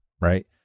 right